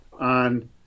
on